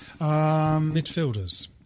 Midfielders